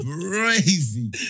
crazy